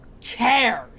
cares